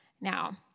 Now